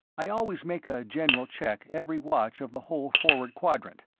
i always make a general check every watch of the whole forward quadrant.